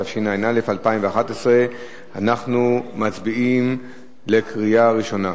התשע"א 2011. אנחנו מצביעים בקריאה ראשונה.